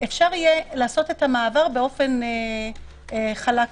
אפשר יהיה לעשות את המעבר באופן חלק יותר.